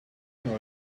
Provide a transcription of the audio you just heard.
know